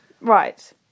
right